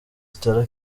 stella